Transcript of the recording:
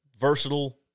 versatile